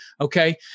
Okay